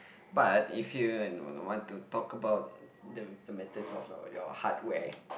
but if you want to talk about the the methods of your your hardware